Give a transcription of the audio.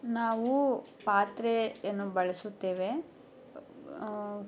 ನಾವು ಪಾತ್ರೆಯನ್ನು ಬಳಸುತ್ತೇವೆ